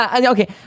Okay